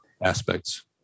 aspects